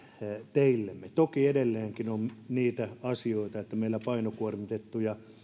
teillemme toki edelleenkin on niitä asioita että meillä on painokuormitettuja